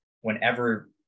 whenever